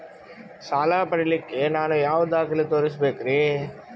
ಸಾಲ ಪಡಿಲಿಕ್ಕ ನಾನು ಯಾವ ದಾಖಲೆ ತೋರಿಸಬೇಕರಿ?